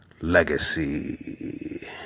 legacy